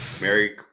Merry